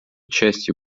частью